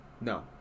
No